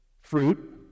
fruit